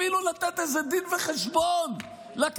בלי אפילו לתת איזה דין וחשבון לכנסת.